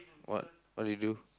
what what do you do